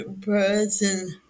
person